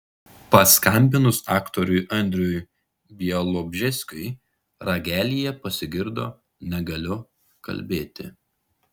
paskambinus aktoriui andriui bialobžeskiui ragelyje pasigirdo negaliu kalbėti